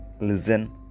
listen